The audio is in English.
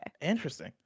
Interesting